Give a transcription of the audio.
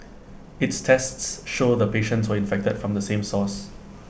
its tests showed the patients were infected from the same source